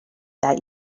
that